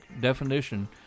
definition